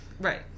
Right